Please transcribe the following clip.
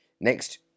next